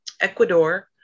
Ecuador